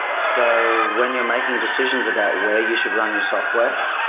so when you're making decisions about where you should run your software,